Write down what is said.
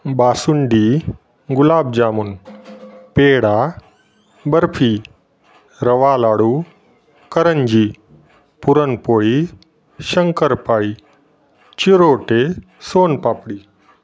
बाासुंडी गुलाबजामून पेढा बर्फी रवालाडू करंजी पुरणपोळी शंकरपाळी चिरोटे सोन पापडी